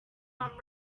not